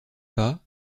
pas